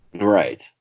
Right